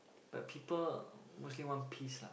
but people mostly want peace lah